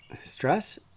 stress